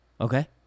okay